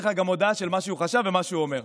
גם לך הודעה של מה שהוא חשב ומה שהוא אומר.